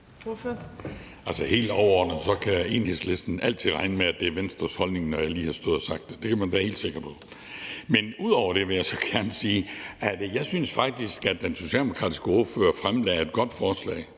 Helt overordnet kan Enhedslisten altid regne med, at det, jeg lige har stået og givet udtryk for, er Venstres holdning. Det kan man være helt sikker på. Ud over det vil jeg så gerne sige, at jeg faktisk synes, at den socialdemokratiske ordfører fremsatte et godt forslag